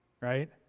right